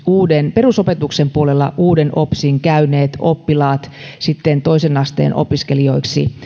perusopetuksen puolella uuden opsin käyneet oppilaat toisen asteen opiskelijoiksi